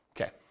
Okay